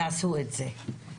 יעשו את זה.